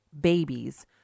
babies